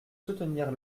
soutenir